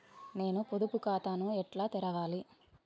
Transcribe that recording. నేను పొదుపు ఖాతాను ఎట్లా తెరవాలి?